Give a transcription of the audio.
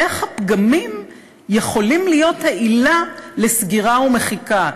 איך הפגמים יכולים להיות העילה לסגירה ומחיקה?